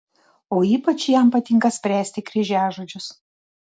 o ypač jam patinka spręsti kryžiažodžius